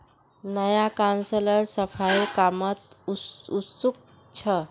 नया काउंसलर सफाईर कामत उत्सुक छ